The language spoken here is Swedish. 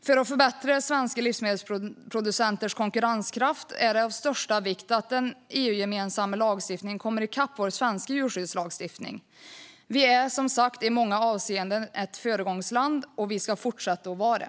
För att förbättra svenska livsmedelsproducenters konkurrenskraft är det av största vikt att den EU-gemensamma lagstiftningen kommer i kapp vår svenska djurskyddslagstiftning. Vi är som sagt i många avseenden ett föregångsland, och vi ska fortsätta att vara det.